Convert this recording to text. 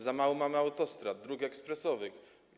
Za mało mamy autostrad, dróg ekspresowych.